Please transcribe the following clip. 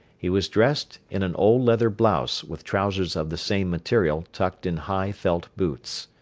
he was dressed in an old leather blouse with trousers of the same material tucked in high felt boots.